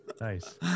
nice